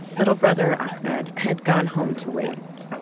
little brother ahmed had gone home to wait.